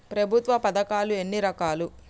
ప్రభుత్వ పథకాలు ఎన్ని రకాలు?